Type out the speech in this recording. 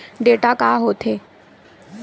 Data का होथे?